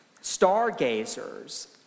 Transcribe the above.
stargazers